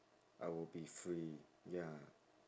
I will be free ya